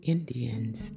Indians